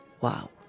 Wow